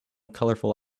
colorful